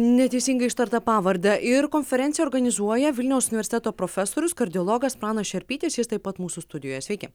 neteisingai ištartą pavardę ir konferenciją organizuoja vilniaus universiteto profesorius kardiologas pranas šerpytis jis taip pat mūsų studijoje sveiki